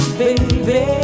baby